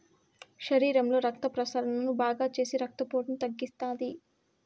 శరీరంలో రక్త ప్రసరణను బాగాచేసి రక్తపోటును తగ్గిత్తాది